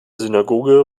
synagoge